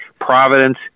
Providence